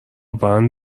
بند